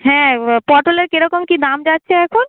হ্যাঁ পটলের কীরকম কী দাম যাচ্ছে এখন